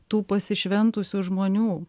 tų pasišventusių žmonių